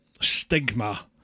stigma